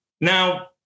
Now